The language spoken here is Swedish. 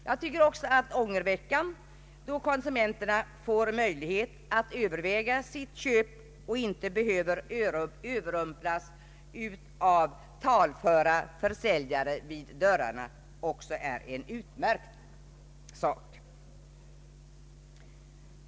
Jag anser också att den s.k. ångerveckan, då konsumenterna får möjlighet att ta sitt köp under övervägande, och inte behöver överrumplas av talföra försäljare vid dörrarna, är en utmärkt sak.